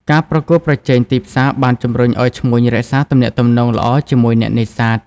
ការប្រកួតប្រជែង ទីផ្សារបានជម្រុញឱ្យឈ្មួញរក្សាទំនាក់ទំនងល្អជាមួយអ្នកនេសាទ។